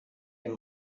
and